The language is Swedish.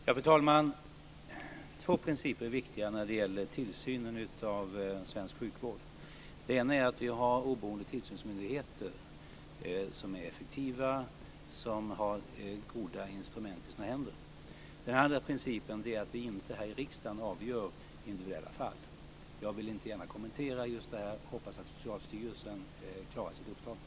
Fru talman! Två principer är viktiga när det gäller tillsynen av svensk sjukvård. Den ena är att vi har oberoende tillsynsmyndigheter som är effektiva och som har goda instrument i sina händer. Den andra principen är att vi inte här i riksdagen avgör individuella fall. Jag vill inte gärna kommentera just det här. Jag hoppas att Socialstyrelsen klarar sitt uppdrag.